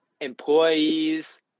employees